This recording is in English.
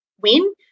win